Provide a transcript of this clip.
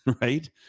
Right